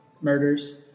murders